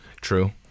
True